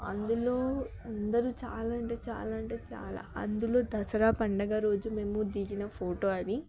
అందులో అందరు చాలా అంటే చాలా అంటే చాలా అందులో దసరా పండగ రోజు మేము దిగిన ఫోటో అది